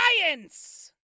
science